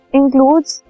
includes